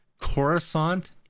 Coruscant